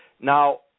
now